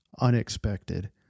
unexpected